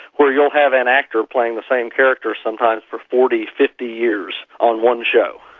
where you'll have an actor playing the same character sometimes for forty, fifty years on one show.